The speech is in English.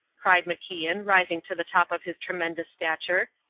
cried macian, rising to the top of his tremendous stature,